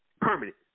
permanent